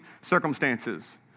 circumstances